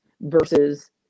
versus